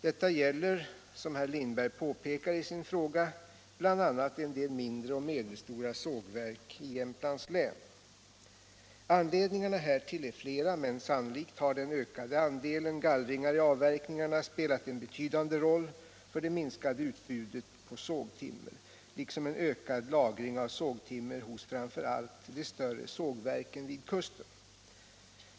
Detta gäller, som herr Lindberg påpekar i sin fråga, bl.a. en del mindre och medelstora sågverk i Jämtlands län. Anledningarna härtill är flera, men sannolikt har den ökande andelen gallringar i avverkningarna spelat en betydande roll för det minskade utbudet på sågtimmer, liksom en ökad lagring av sågtimmer hos framför allt de större sågverken vid kusten.